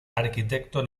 arquitecto